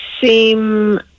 seem